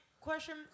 question